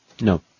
No